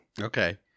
Okay